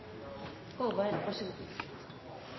arbeid,